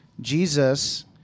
Jesus